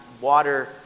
water